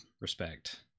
respect